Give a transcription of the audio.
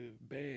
bad